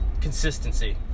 consistency